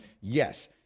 Yes